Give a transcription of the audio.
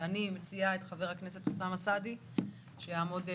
שאני מציעה את חבר הכנסת אוסאמה סעדי שיעמוד בראשה,